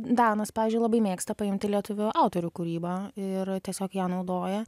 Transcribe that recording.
danas pavyzdžiui labai mėgsta paimti lietuvių autorių kūrybą ir tiesiog ją naudoja